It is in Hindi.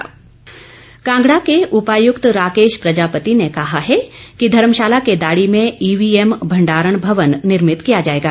डीसी कांगडा कांगड़ा के उपायुक्त राकेश प्रजापति ने कहा है कि धर्मशाला के दाड़ी में ईवीएम भंडारण भवन निर्मित किया जाएगा